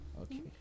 Okay